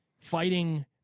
fighting